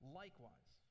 likewise